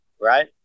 right